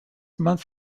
month